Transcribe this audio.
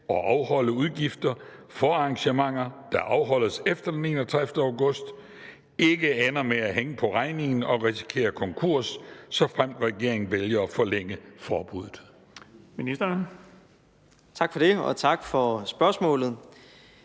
og afholde udgifter for arrangementer, der afholdes efter den 31. august, ikke ender med at hænge på regningen og risikere konkurs, såfremt regeringen vælger at forlænge forbuddet?